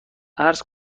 عرض